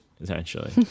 essentially